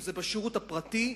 אם זה בשירות הפרטי,